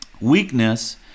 Weakness